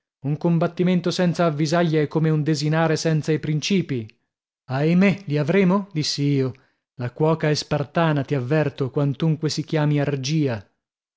un combattimento senza avvisaglie è come un desinare senza i principii ahimè li avremo dissi io la cuoca è spartana ti avverto quantunque si chiami argia